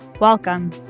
Welcome